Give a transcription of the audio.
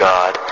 God